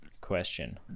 question